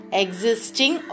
existing